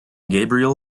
gabriel